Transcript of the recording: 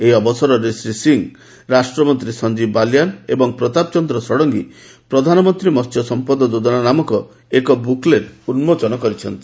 ଏହି ଅବସରରେ ଶ୍ରୀ ସିଂହ ରାଷ୍ଟ୍ରମନ୍ତ୍ରୀ ସଂଜୀବ ବଲୟାନ ଏବଂ ପ୍ରତାପ ଚନ୍ଦ୍ର ଷଡ଼ଙ୍ଗୀ ପ୍ରଧାନମନ୍ତ୍ରୀ ମହ୍ୟ ସମ୍ପଦ ଯୋଜନା ନାମକ ଏକ ବୃକ୍ଲେଟ୍ ଉନ୍ମୋଚନ କରିଛନ୍ତି